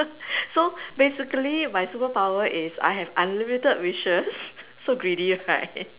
so basically my superpower is I have unlimited wishes so greedy right